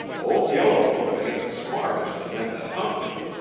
old yellowfoot ain't as smart as the men that hunt him.